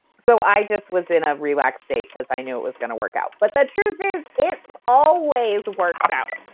so i just was in a relaxed state because i knew it was going to work out. but the truth is it always works out.